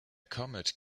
comet